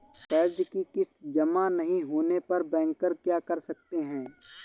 कर्ज कि किश्त जमा नहीं होने पर बैंकर क्या कर सकते हैं?